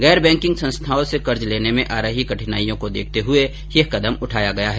गैर बैंकिंग संस्थाओं से कर्ज लेने में आ रही कठिनाइयों को देखते हुए यह कदम उठाया गया है